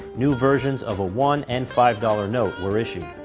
new versions of a one and five dollar note were issued.